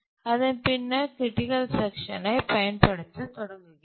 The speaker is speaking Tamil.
அதன் பின்னர் க்ரிட்டிக்கல் செக்ஷனை பயன்படுத்தத் தொடங்குகிறது